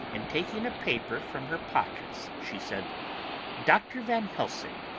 and taking a paper from her pockets, she said dr. van helsing,